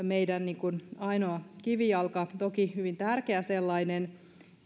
meidän ainoa kivijalka toki hyvin tärkeä sellainen